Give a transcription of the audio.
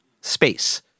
Space